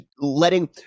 letting